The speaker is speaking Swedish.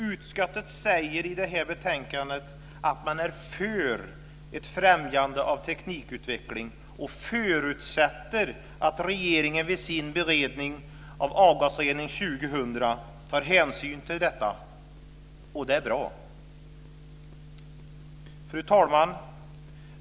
Utskottet säger i det här betänkandet att man är för ett främjande av teknikutveckling och förutsätter att regeringen vid sin beredning av Avgasrening 2000 tar hänsyn till detta. Det är bra. Fru talman!